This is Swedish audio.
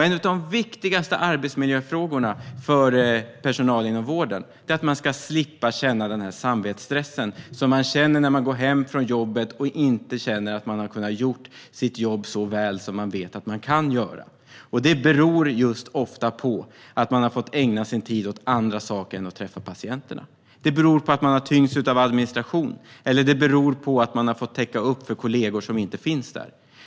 En av de viktigaste arbetsmiljöfrågorna för personal inom vården är att man ska slippa känna samvetsstress. Den finns när man går hem från jobbet och inte känner att man har kunnat göra sitt jobb så väl som man vet att man kan göra. Det beror ofta på att man har fått ägna sin tid åt andra saker än att träffa patienterna. Det beror på att man har tyngts av administration, eller det beror på att man har fått täcka upp för kollegor som inte finns där.